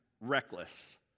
reckless